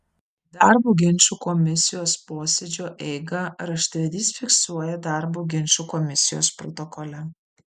darbo ginčų komisijos posėdžio eigą raštvedys fiksuoja darbo ginčų komisijos protokole